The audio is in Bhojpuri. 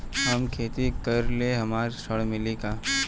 हम खेती करीले हमरा ऋण मिली का?